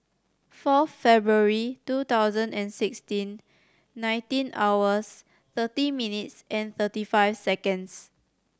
four February two thousand and sixteen nineteen hours thirty minutes and thirty five seconds